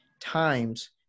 times